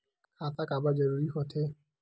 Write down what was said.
खाता काबर जरूरी हो थे?